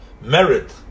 merit